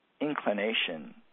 inclination